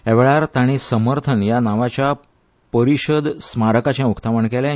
ह्या वेळार तांणी समर्थन ह्या नांवाच्या परिशद स्मारकाचे उक्तावण केलें